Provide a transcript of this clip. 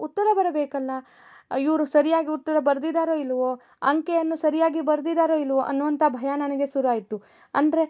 ಉತ್ತರ ಬರಬೇಕಲ್ಲ ಇವರು ಸರಿಯಾಗಿ ಉತ್ತರ ಬರೆದಿದಾರೋ ಇಲ್ಲವೋ ಅಂಕೆಯನ್ನು ಸರಿಯಾಗಿ ಬರೆದಿದಾರೋ ಇಲ್ಲವೋ ಅನ್ನುವಂಥ ಭಯ ನನಗೆ ಶುರುವಾಯ್ತು ಅಂದರೆ